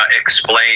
explain